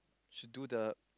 should do the